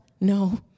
No